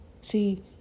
See